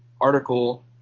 article